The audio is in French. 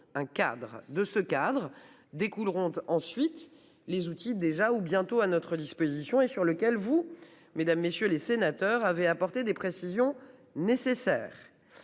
de ce cadre découleront ensuite les outils déjà ou bientôt à notre disposition et sur lequel vous mesdames, messieurs les sénateurs avaient apporté des précisions nécessaires.